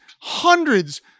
hundreds